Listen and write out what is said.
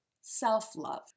self-love